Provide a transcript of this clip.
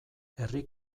herri